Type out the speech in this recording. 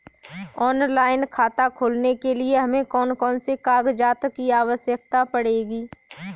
Online खाता खोलने के लिए हमें कौन कौन से कागजात की आवश्यकता पड़ेगी?